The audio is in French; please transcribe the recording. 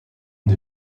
des